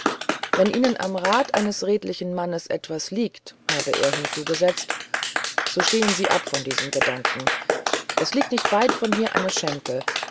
wenn ihnen am rat eines redlichen mannes etwas liegt habe er hinzugesetzt so stehen sie ab von diesem gedanken es liege nicht weit von hier eine schenke